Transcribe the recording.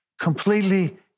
completely